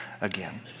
again